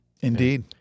Indeed